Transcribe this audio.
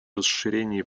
расширении